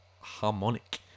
harmonic